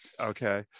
okay